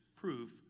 proof